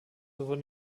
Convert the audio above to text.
wurden